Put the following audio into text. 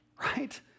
right